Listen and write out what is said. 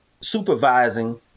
supervising